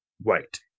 white